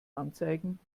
anzeigen